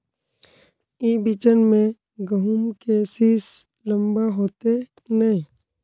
ई बिचन में गहुम के सीस लम्बा होते नय?